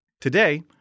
Today